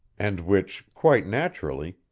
and which, quite naturally,